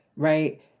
right